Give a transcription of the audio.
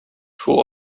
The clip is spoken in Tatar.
шул